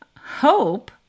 Hope